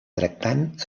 tractant